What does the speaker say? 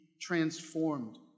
transformed